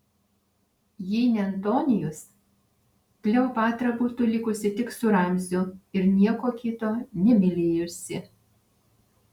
jei ne antonijus kleopatra būtų likusi tik su ramziu ir nieko kito nemylėjusi